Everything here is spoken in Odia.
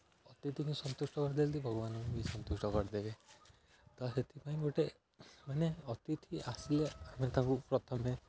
ଅତିଥିକୁ ସନ୍ତୁଷ୍ଟ କରିଦେଲେ ଯଦି ଭଗବାନଙ୍କୁ ବି ସନ୍ତୁଷ୍ଟ କରିଦେବେ ତ ସେଥିପାଇଁ ଗୋଟେ ମାନେ ଅତିଥି ଆସିଲେ ଆମେ ତାଙ୍କୁ ପ୍ରଥମେ